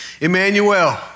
Emmanuel